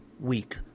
week